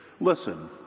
Listen